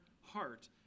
heart